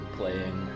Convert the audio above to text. playing